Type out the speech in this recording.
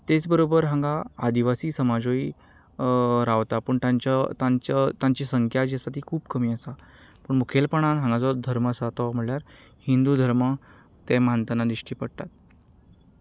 तेच बरोबर हांगा आदिवासी समाजूय रावता पूण तांचो तांची संख्या जी आसा ती खूब कमी आसा पूण मुखेलपणान हांगा जो धर्म आसा तो म्हणल्यार हिन्दू धर्म ते मानतना दिश्टी पडटात